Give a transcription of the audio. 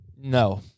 No